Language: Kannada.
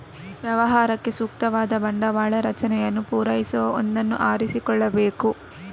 ವ್ಯವಹಾರಕ್ಕೆ ಸೂಕ್ತವಾದ ಬಂಡವಾಳ ರಚನೆಯನ್ನು ಪೂರೈಸುವ ಒಂದನ್ನು ಆರಿಸಿಕೊಳ್ಳಬೇಕು